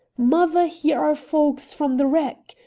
mother, here are folks from the wreck.